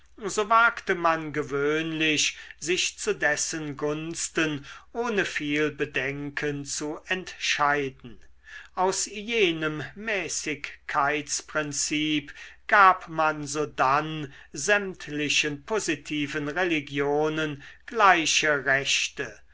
so wagte man gewöhnlich sich zu dessen gunsten ohne viel bedenken zu entscheiden aus jenem mäßigkeitsprinzip gab man sodann sämtlichen positiven religionen gleiche rechte